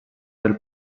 del